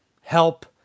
help